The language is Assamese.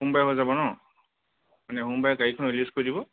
সোমবাৰে হৈ যাব ন মানে সোমবাৰে গাড়ীখন ৰিলিজ কৰি দিব